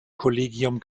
kollegium